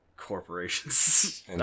corporations